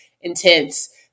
intense